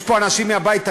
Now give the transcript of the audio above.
יש פה אנשים מהבית היהודי?